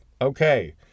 Okay